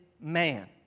man